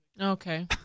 Okay